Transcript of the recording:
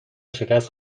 شکست